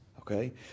Okay